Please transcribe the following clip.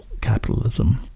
capitalism